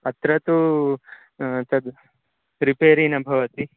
अत्र तु तद् रिपेरि न भवति